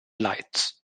lights